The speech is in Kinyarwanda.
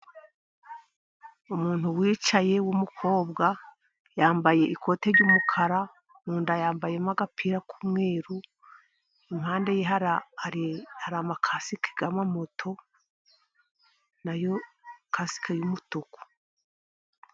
Umuntu wicaye w'umukobwa yambaye ikote ry'umukara, mu nda yambayemo agapira k'umweru, impande ye hari amakasike y'amamoto na yo kasike y'umutuku.